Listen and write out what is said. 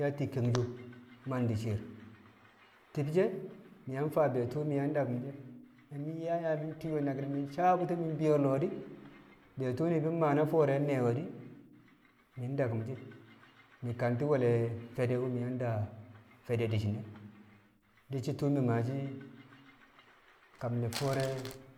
yatti̱ ke̱mso̱ mandi̱ shi̱i̱r ti̱bshe̱ mi̱ yang faa be̱ tu̱u̱ mi̱ yang daku̱m she̱, na mi̱ yaa yaa mi̱ tiiwe̱ naki̱n di̱ mi̱ sabbu̱ti̱ mi̱ bi̱yo̱ lọo̱, be̱ tu̱u̱ ni̱bi̱ maa na fo̱o̱re̱ ne̱e̱ we̱ di̱ mi̱ daku̱m shi̱ mi̱ kanti̱ we̱l fede wu̱ mi̱ yang daa fede di̱ shi̱ e̱ di̱ tu̱u̱ mi̱ maashi̱ kam ne̱ fo̱o̱re̱